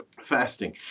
Fasting